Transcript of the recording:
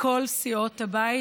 מכל סיעות הבית,